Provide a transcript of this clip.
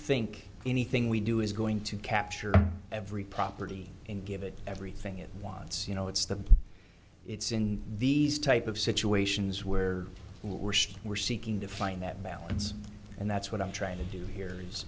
think anything we do is going to capture every property and give it everything it wants you know it's the it's in these type of situations where we're still we're seeking to find that balance and that's what i'm trying to do here is